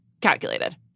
calculated